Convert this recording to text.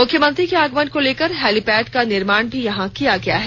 मुख्यमंत्री के आगमन को लेकर हेलीपैड का निर्माण भी किया गया है